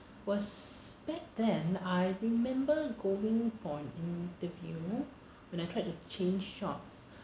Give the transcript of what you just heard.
was back then I remember going for an interview when I tried to change jobs